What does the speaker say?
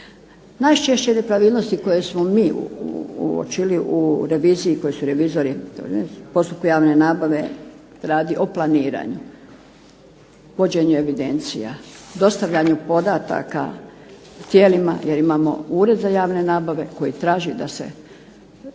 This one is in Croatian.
Najčešće nepravilnosti koje smo mi uočili u reviziji, koje su revizori u postupku javne nabave radi o planiranju, vođenju evidencija, dostavljanju podataka tijelima jer imamo Ured za javne nabave koji traži da se